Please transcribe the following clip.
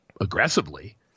aggressively